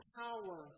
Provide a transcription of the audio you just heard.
power